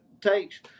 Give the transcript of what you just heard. takes